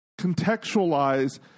contextualize